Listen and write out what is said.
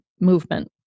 movement